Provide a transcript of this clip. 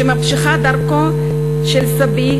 שממשיכה את דרכו של סבי,